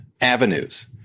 avenues